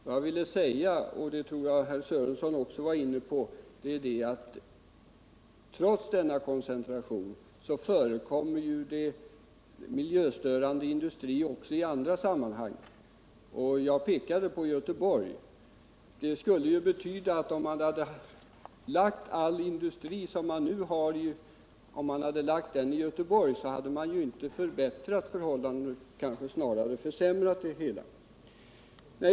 Vad jag ville säga i mitt inlägg var — och det var herr Söre,:son också inne på — att trots denna koncentration förekommer det miljöstörande industrier också på andra platser i regionen; jag pekade på Göteborg. Det skulle betyda att om man hade förlagt alla industrier som nu finns i Stenungsund till Göteborg hade man inte förbättrat förhållandena utan snarare försämrat dem.